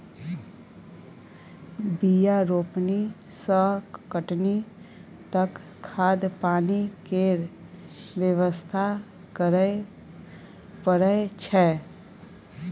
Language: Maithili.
बीया रोपनी सँ कटनी तक खाद पानि केर बेवस्था करय परय छै